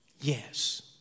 yes